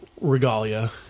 regalia